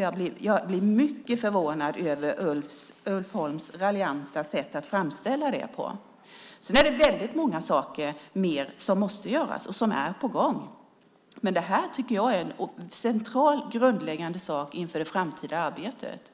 Jag blir mycket förvånad över Ulf Holms raljanta sätt att framställa det på. Sedan är det väldigt många mer saker som måste göras och som är på gång, men det här tycker jag är en central och grundläggande sak inför det framtida arbetet.